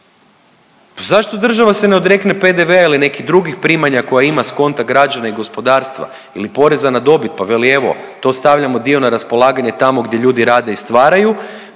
zašto država se ne odrekne PDV-a ili nekih drugih primanja koja ima s konta građana i gospodarstva ili poreza na dobit, pa veli evo to stavljamo dio na raspolaganje tamo gdje ljudi rade i stvaraju,